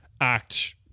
act